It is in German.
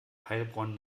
heilbronn